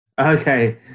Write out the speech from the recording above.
Okay